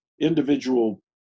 individual